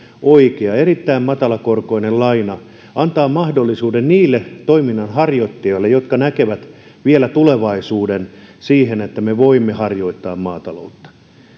oikea erittäin matalakorkoinen laina antaa mahdollisuuden niille toiminnanharjoittajille jotka näkevät vielä tulevaisuuden sille että me voimme harjoittaa maataloutta